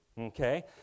okay